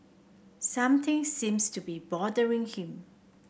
something seems to be bothering him